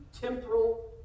temporal